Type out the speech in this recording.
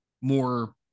more